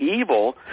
evil